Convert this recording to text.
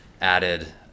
added